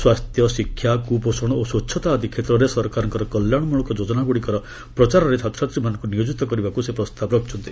ସ୍ୱାସ୍ଥ୍ୟ ଶିକ୍ଷା କୁପୋଷଣ ଓ ସ୍ୱଚ୍ଚତା ଆଦି କ୍ଷେତ୍ରରେ ସରକାରଙ୍କ କଲ୍ୟାଶମଳକ ଯୋଜନାଗୁଡ଼ିକର ପ୍ରଚାରରେ ଛାତ୍ରଛାତ୍ରୀମାନଙ୍କୁ ନିୟୋଜିତ କରିବାକୁ ସେ ପ୍ରସ୍ତାବ ରଖିଛନ୍ତି